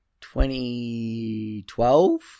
2012